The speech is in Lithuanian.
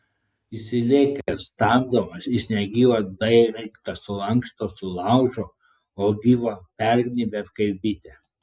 įsilėkęs stabdomas jis negyvą daiktą sulanksto sulaužo o gyvą pergnybia kaip bitę